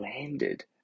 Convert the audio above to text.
landed